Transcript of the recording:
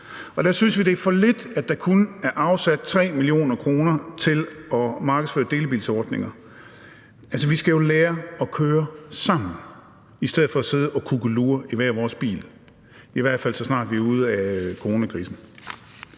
Der synes vi, det er for lidt, at der kun er afsat 3 mio. kr. til at markedsføre delebilsordninger. Vi skal jo lære at køre sammen i stedet for at sidde og kukkelure i hver vores bil – i hvert fald så snart vi er ude af coronakrisen.